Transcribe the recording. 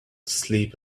sleep